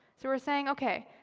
so we're saying, ok,